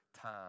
time